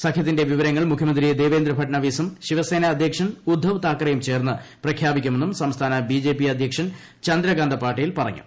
സഖ്യത്തിന്റെ വിവരങ്ങൾ മുഖ്യമന്ത്രി ദേവേന്ദ്ര ഭട്നാവിസും ശിവസേനാ അദ്ധ്യക്ഷൻ ഉദ്ദവ്താക്കറെയും ചേർന്ന് പ്രഖ്യാപിക്കുമെന്നും സംസ്ഥാന ബിജെപി അദ്ധ്യക്ഷൻ ചന്ദ്രകാന്ത പാട്ടീൽ പറഞ്ഞു